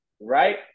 right